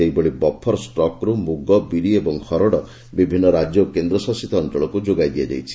ସେହିଭଳି ବଫର ଷ୍ଟକରୁ ମୁଗ ବିରି ଓ ହରଡ଼ ବିଭିନ୍ନ ରାଜ୍ୟ ଓ କେନ୍ଦ୍ରଶାସିତ ଅଞ୍ଚଳକୁ ଯୋଗାଇ ଦିଆଯାଇଛି